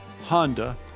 Honda